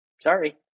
sorry